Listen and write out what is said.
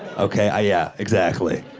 okay, yeah, exactly.